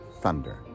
thunder